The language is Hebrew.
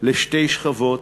לשתי שכבות,